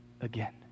again